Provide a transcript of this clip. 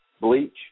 Bleach